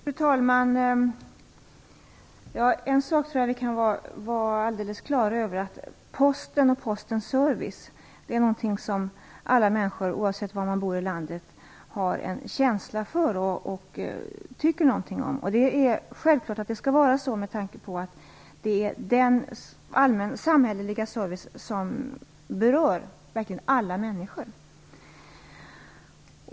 Fru talman! En sak kan vi vara alldeles klara över, nämligen att Posten och Postens service är någonting som alla människor, oavsett var i landet de bor, har en känsla för och en åsikt om. Det är självklart med tanke på att det är den samhälleliga service som verkligen berör alla människor.